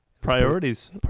Priorities